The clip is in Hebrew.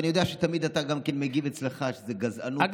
ואני יודע שאתה תמיד גם מגיב אצלך שזה גזענות.